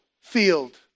field